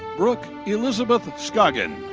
brooke elizabeth scoggin.